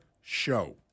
show